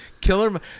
Killer